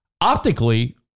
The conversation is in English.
optically